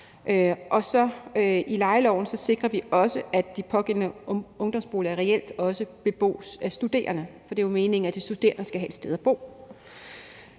Og i lejeloven sikrer vi så også, at de pågældende ungdomsboliger reelt også bebos af studerende, for det er jo meningen, at de studerende skal have et sted at bo.